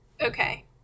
okay